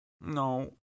No